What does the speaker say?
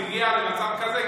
להגיע למצב כזה,